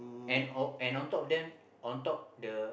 and on and on top of them on top the